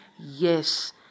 Yes